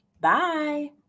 Bye